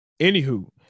anywho